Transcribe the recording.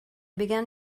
began